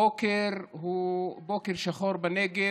הבוקר הוא בוקר שחור בנגב,